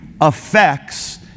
affects